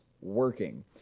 working